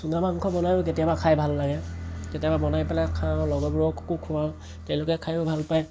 চুঙা মাংস বনাইও কেতিয়াবা খাই ভাল লাগে কেতিয়াবা বনাই পেলাই খাওঁ লগৰবোৰকো খুৱাওঁ তেওঁলোকে খাইয়ো ভাল পায়